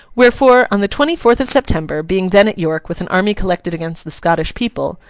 wherefore, on the twenty-fourth of september, being then at york with an army collected against the scottish people,